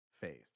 faith